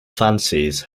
fantasies